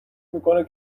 میکنه